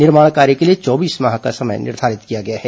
निर्माण कार्य के लिए चौबीस माह का समय निर्धारित किया गया है